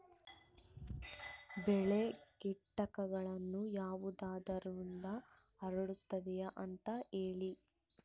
ಬೆಳೆಗೆ ಕೇಟಗಳು ಯಾವುದರಿಂದ ಹರಡುತ್ತದೆ ಅಂತಾ ಹೇಳಿ?